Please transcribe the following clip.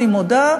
אני מודה,